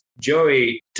Joey